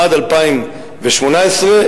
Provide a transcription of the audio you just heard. עד 2018,